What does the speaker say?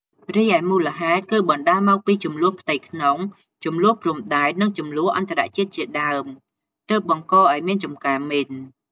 រីឯមូលហេតុ គឺបណ្តាលមកពី ជម្លោះផ្ទៃក្នុង ជម្លោះព្រំដែន និងជម្លោះអន្តរជាតិជាដើម ទើបបង្ករឲ្យមានចំការមីន។